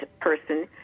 person